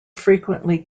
frequently